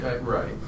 Right